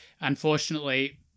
Unfortunately